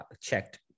checked